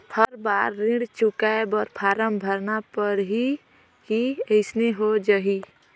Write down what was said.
हर बार ऋण चुकाय बर फारम भरना पड़ही की अइसने हो जहीं?